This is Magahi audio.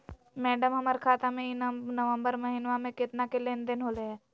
मैडम, हमर खाता में ई नवंबर महीनमा में केतना के लेन देन होले है